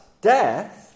death